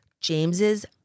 James's